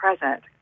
present